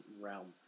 realm